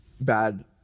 bad